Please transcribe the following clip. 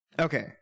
Okay